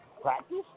Practice